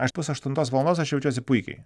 aš pusaštuntos valandos aš jaučiuosi puikiai